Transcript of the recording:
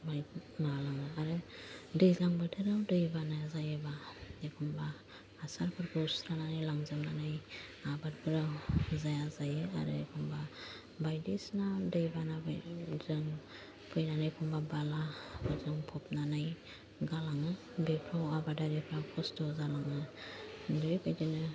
आरो दैज्लां बोथोराव दैबाना जायोब्ला एखमबा हासारफोरखौ सुस्रानानै लांजोबनानै आबादफोरा जाया जायो आरो एखमबा बायदिसिना दैबानाफोरजों फैनानै एखमबा बालाफोरजों फबनानै गालाङो बेफ्राव आबादारिफ्रा खस्थ' जानाङो बेबायदिनो